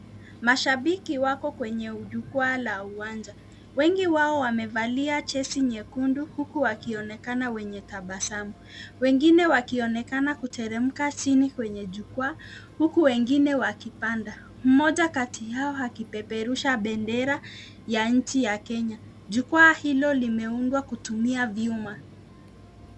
Mashabiki wako kwenye jukwaa la uwanja. Wengi wao wamevaa jezi nyekundu huku wakionekana wenye tabasamu. Wengine wakionekana kuteremka chini kwenye jukwaa huku wengine wakipanda. Mmoja kati yao akipeperusha bendera ya nchi ya Kenya. Jukwaa hilo limeundwa kutumia vyuma.